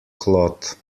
cloth